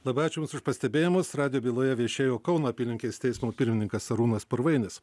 labai ačiū už pastebėjimus radijo byloje viešėjo kauno apylinkės teismo pirmininkas arūnas purvainis